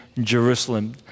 Jerusalem